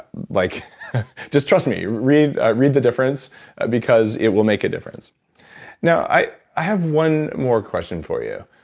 like just trust me. read read the difference because it will make a difference now, i have one more question for you.